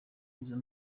izo